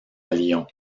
lyon